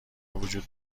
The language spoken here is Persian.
وجود